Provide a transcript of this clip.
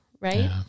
right